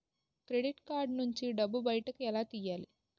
Credit card నుంచి డబ్బు బయటకు ఎలా తెయ్యలి?